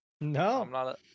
No